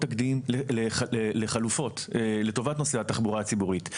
תקדים לחלופות לטובת נושא התחבורה הציבורית.